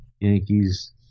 Yankees